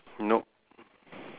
um ya